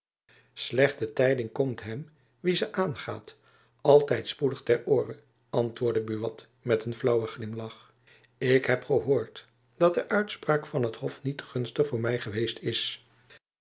slechte tijding komt hem wien zy aangaat altijd spoedig ter oore antwoordde buat met een flaauwen jacob van lennep elizabeth musch glimlach ik heb gehoord dat de uitspraak van het hof niet gunstig voor my geweest is